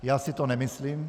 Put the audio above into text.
Já si to nemyslím.